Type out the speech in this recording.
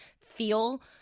feel